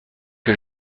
que